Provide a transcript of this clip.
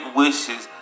wishes